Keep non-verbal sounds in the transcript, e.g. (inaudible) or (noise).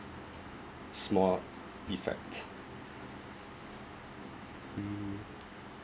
small effect mm (noise)